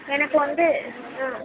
எனக்கு வந்து ஆ